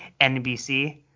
NBC